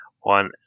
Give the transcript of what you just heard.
one